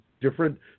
different